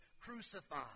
crucified